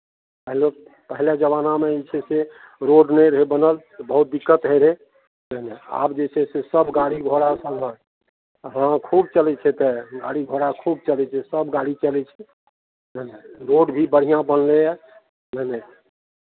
पहिले पहिलेके जमानामे जे छै से रोड नहि रहै बनल तऽ बहुत दिक्कत होइत रहै बुझलियै आब जे छै से सभ गाड़ी घोड़ासभ हँ हँ खूब चलै छै तऽ गाड़ी घोड़ा खूब चलै छै सभ गाड़ी चलै छै बुझलियै रोड भी बढ़िआँ बनलैए बुझलियै